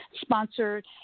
sponsored